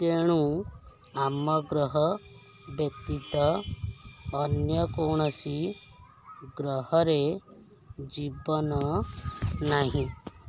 ତେଣୁ ଆମ ଗ୍ରହ ବ୍ୟତୀତ ଅନ୍ୟ କୌଣସି ଗ୍ରହରେ ଜୀବନ ନାହିଁ